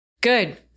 Good